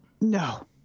No